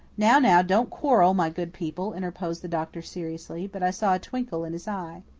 now, now, don't quarrel, my good people, interposed the doctor seriously but i saw a twinkle in his eye.